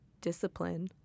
discipline